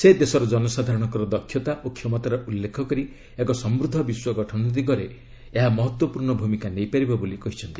ସେ ଦେଶର ଜନସାଧାରଣଙ୍କ ଦକ୍ଷତା ଓ କ୍ଷମତାର ଉଲ୍ଲ୍ଲେଖ କରି ଏକ ସମୂଦ୍ଧ ବିଶ୍ୱ ଗଠନ ଦିଗରେ ଏହା ମହତ୍ତ୍ୱପୂର୍ଣ୍ଣ ଭୂମିକା ନେଇପାରିବ ବୋଲି କହିଛନ୍ତି